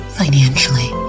financially